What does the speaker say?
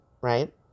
right